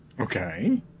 Okay